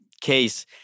case—